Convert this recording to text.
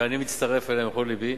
ואני מצטרף אליהם בכל לבי,